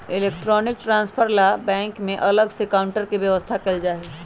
electronic transfer ला bank में अलग से काउंटर के व्यवस्था कएल हई